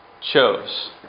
chose